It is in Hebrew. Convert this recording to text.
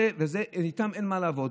ואיתם אין מה לעבוד.